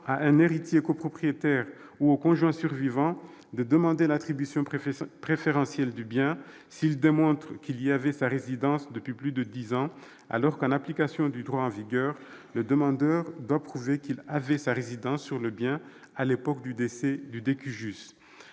à un héritier copropriétaire ou au conjoint survivant de demander l'attribution préférentielle du bien, s'il démontre qu'il y avait sa résidence depuis plus de dix ans, alors qu'en application du droit en vigueur, le demandeur doit prouver que sa résidence se trouvait sur le bien « à l'époque du décès » du.